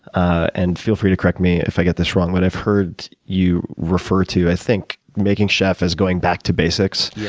and feel free to correct me if i get this wrong, but i've heard you refer to, i think, making chef as going back to basics,